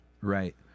right